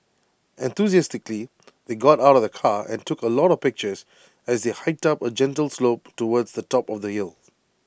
enthusiastically they got out of the car and took A lot of pictures as they hiked up A gentle slope towards the top of the hill